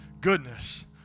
goodness